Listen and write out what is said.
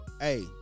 hey